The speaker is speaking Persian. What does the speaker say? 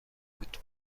بود